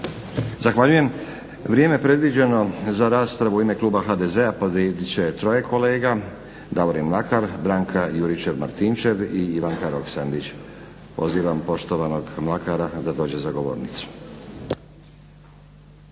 Zahvaljujem. Vrijeme predviđeno za raspravu u ime kluba HDZ-a podijelit će troje kolega, Davorin Mlakar, Branka Juričev-Martinčev i Ivanka Roksandić. Pozivam poštovanog Mlakara da dođe za govornicu.